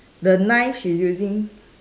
the knife she's using